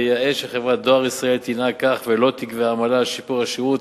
ויאה שחברת "דואר ישראל" תנהג כך ולא תגבה עמלה על שיפור השירות.